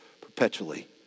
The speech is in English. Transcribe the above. perpetually